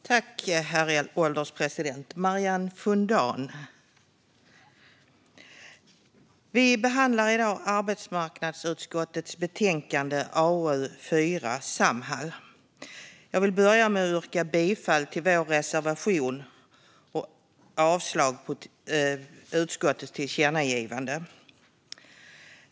Herr ålderspresident! Vi behandlar i dag arbetsmarknadsutskottets betänkande AU4 Samhall . Jag vill börja med att yrka bifall till vår reservation och avslag på utskottets förslag till tillkännagivande.